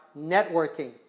networking